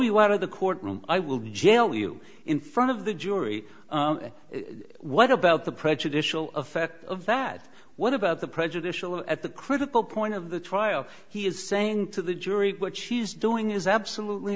you out of the courtroom i will jail you in front of the jury what about the prejudicial effect of that what about the prejudicial at the critical point of the trial he is saying to the jury what she's doing is absolutely